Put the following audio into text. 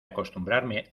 acostumbrarme